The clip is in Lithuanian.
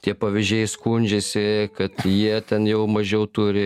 tie pavežėjai skundžiasi kad jie ten jau mažiau turi